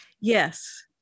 Yes